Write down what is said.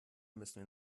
müssen